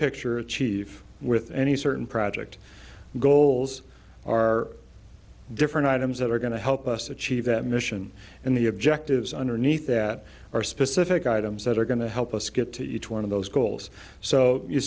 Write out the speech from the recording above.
picture achieve with any certain project goals are different items that are going to help us achieve that mission in the objectives underneath that are specific items that are going to help us get to each one of those goals so you